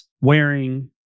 wearing